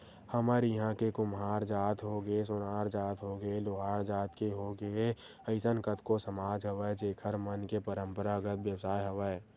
हमर इहाँ के कुम्हार जात होगे, सोनार जात होगे, लोहार जात के होगे अइसन कतको समाज हवय जेखर मन के पंरापरागत बेवसाय हवय